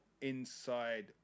Inside